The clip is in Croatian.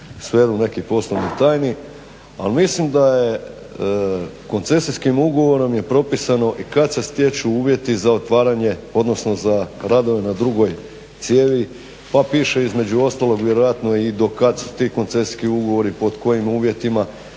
sferu nekih poslovnih tajni ali mislim da je koncesijskim ugovorom propisano i kad se stječu uvjeti za otvaranje, odnosno za radove na drugoj cijevi. Pa piše između ostalog vjerojatno i do kad su ti koncesijski ugovori, pod kojim uvjetima.